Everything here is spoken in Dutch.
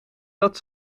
dat